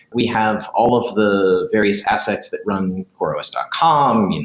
we have all of the various assets that run coreos dot com,